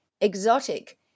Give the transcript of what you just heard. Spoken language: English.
exotic